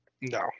No